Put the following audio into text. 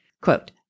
Quote